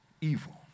evil